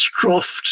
stroft